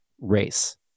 race